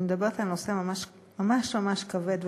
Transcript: אני מדברת על נושא ממש כבד וקשה.